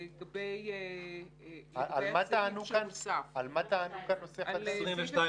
על מה טענו כאן נושא חדש?